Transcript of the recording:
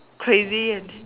crazy and